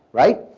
right.